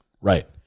right